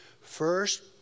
First